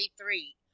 three